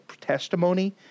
testimony